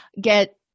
get